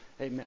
Amen